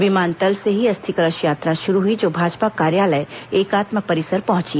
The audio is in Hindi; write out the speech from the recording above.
विमानतल से ही अस्थि कलश यात्रा शुरू हुई जो भाजपा कार्यालय एकात्म परिसर पहुंची